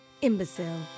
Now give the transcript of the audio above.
imbecile